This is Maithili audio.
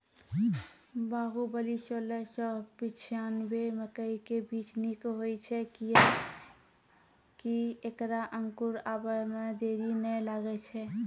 बाहुबली सोलह सौ पिच्छान्यबे मकई के बीज निक होई छै किये की ऐकरा अंकुर आबै मे देरी नैय लागै छै?